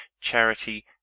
Charity